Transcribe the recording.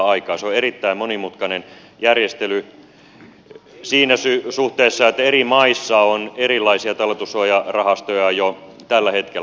se on erittäin monimutkainen järjestely siinä suhteessa että eri maissa on erilaisia talletussuojarahastoja jo tällä hetkellä